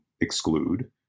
exclude